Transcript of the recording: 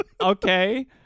Okay